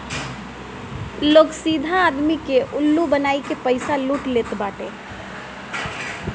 लोग सीधा आदमी के उल्लू बनाई के पईसा लूट लेत बाटे